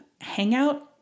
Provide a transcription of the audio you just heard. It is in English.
hangout